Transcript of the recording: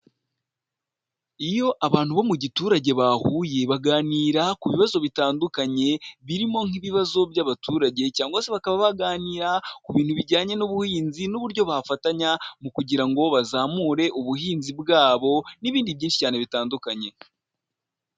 Iyo abantu bo mu giturage bahuye, baganira ku ibibazo bitandukanye birimo nk'ibibazo by'abaturage cyangwa se bakaba baganira ku bintu bijyanye n'ubuhinzi n'uburyo bafatanya mu kugira ngo bazamure ubuhinzi bwabo n'ibindi byinshi cyane bitandukanye.